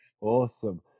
Awesome